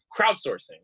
crowdsourcing